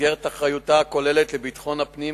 במסגרת אחריותה הכוללת לביטחון הפנים,